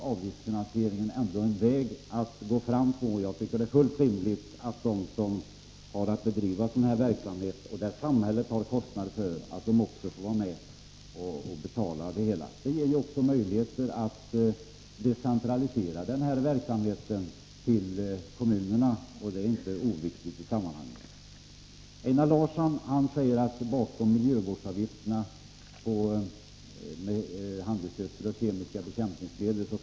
Avgiftsfinansiering är en väg att gå fram på, och jag tycker att det är fullt rimligt att de som bedriver en verksamhet där samhället har kostnader för miljövården också får vara med och betala det hela. Genom denna lösning ges också möjligheter att decentralisera verksamheten till kommunerna, vilket inte är oviktigt i sammanhanget. Einar Larsson säger att det inte finns några skäl bakom förslaget till avgifterna för handelsgödsel och kemiska bekämpningsmedel.